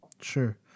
Sure